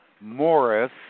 Morris